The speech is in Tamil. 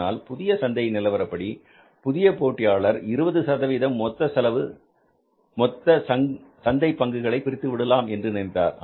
ஆனால் புதிய சந்தை நிலவரப்படி புதிய போட்டியாளர் 20 சதவிகிதம் மொத்த சந்தை பங்கு பிரித்து விடலாம் என்று நினைத்தார்